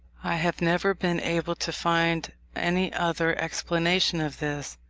i have never been able to find any other explanation of this,